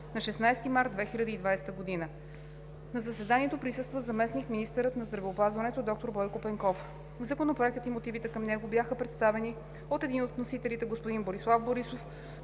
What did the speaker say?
на 16 март 2020 г. На заседанието присъства заместник-министърът на здравеопазването доктор Бойко Пенков. Законопроектът и мотивите към него бяха представени от един от вносителите, господин Борислав Борисов,